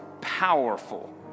powerful